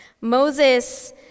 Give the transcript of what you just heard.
Moses